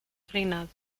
treinado